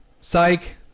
Psych